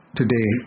today